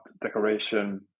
decoration